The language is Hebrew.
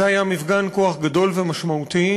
זה היה מפגן כוח גדול ומשמעותי,